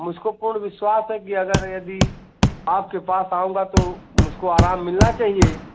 मुझको पूर्ण विश्वास है की अगर यदि आपके पास आऊँगा तो मुझको आराम मिलना चाहिए